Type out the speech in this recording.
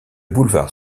boulevard